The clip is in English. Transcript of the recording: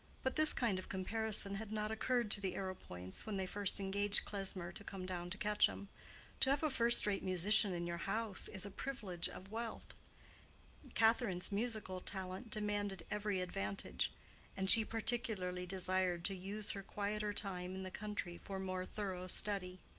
but this kind of comparison had not occurred to the arrowpoints when they first engaged klesmer to come down to quetcham. to have a first-rate musician in your house is a privilege of wealth catherine's musical talent demanded every advantage and she particularly desired to use her quieter time in the country for more thorough study.